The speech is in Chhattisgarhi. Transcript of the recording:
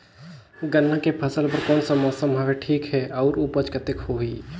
गन्ना के फसल बर कोन सा मौसम हवे ठीक हे अउर ऊपज कतेक होही?